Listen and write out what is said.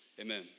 Amen